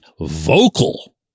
vocal